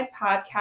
podcast